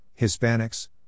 Hispanics